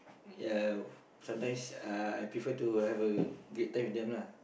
ya sometimes I prefer to have a great time with them lah